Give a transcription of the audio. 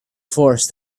force